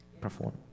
perform